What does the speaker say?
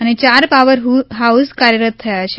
અને યાર power house કાર્યરત થયાં છે